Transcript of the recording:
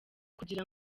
kugira